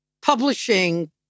publishing